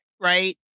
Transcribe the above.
right